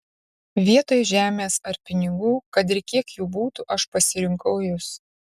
vietoj žemės ar pinigų kad ir kiek jų būtų aš pasirinkau jus